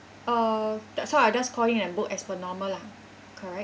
uh that's how I just call in and book as per normal lah correct